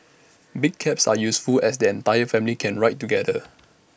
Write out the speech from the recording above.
big cabs are useful as the entire family can ride together